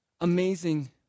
amazing